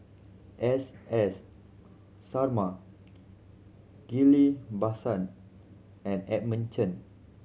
S S Sarma Ghillie Basan and Edmund Chen